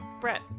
Brett